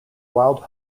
wild